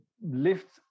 lift